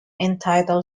entitled